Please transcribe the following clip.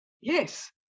Yes